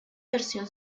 versión